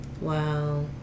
Wow